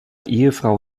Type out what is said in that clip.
ehefrau